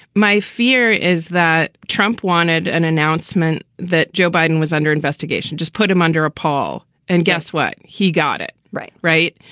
my fear is that trump wanted an announcement that joe biden was under investigation, just put him under a pall. and guess what? he got it right. right.